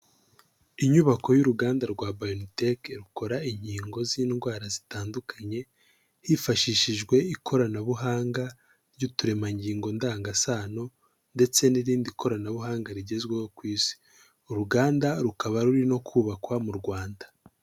Inyubako y'uruganda rwa Biontech, rukora inkingo z'indwara zitandukanye, hifashishijwe ikoranabuhanga ry'uturemangingo ndangasano, ndetse n'irindi koranabuhanga rigezweho ku isi. Uruganda rukaba ruri no kubakwa mu Rwanda.